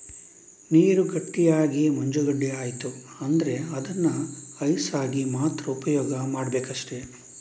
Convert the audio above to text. ನೀರು ಗಟ್ಟಿಯಾಗಿ ಮಂಜುಗಡ್ಡೆ ಆಯ್ತು ಅಂದ್ರೆ ಅದನ್ನ ಐಸ್ ಆಗಿ ಮಾತ್ರ ಉಪಯೋಗ ಮಾಡ್ಬೇಕಷ್ಟೆ